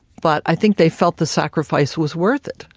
but i think they felt the sacrifice was worth it.